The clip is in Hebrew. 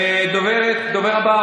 הדובר הבא,